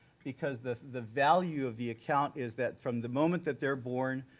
because the the value of the account is that from the moment that they're born,